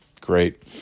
Great